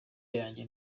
yanjye